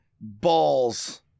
balls